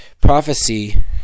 Prophecy